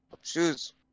Shoes